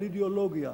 על אידיאולוגיה.